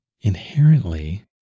inherently